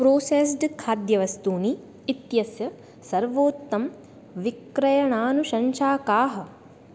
processed खाद्यवस्तूनि इत्यस्य सर्वोत्तमं विक्रयणानुशंसा का